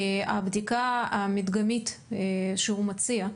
הבדיקה המדגמית שהוא מציע.